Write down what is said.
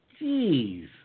Jeez